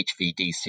HVDC